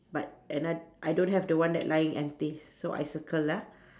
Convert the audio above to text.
but and I I don't have the one that lying anything so I circle ah